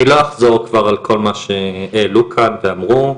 אני לא אחזור כבר על כל מה שהעלו כאן ואמרו,